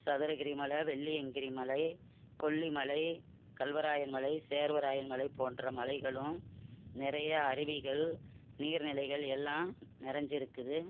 சதுரகிரி மல வெள்ளியங்கிரி மலை கொல்லிமலை கல்வராயன் மலை சேர்வராயன் மலை போன்ற மலைகளும் நிறையா அருவிகள் நீர்நிலைகள் எல்லாம் நிறஞ்சிருக்குது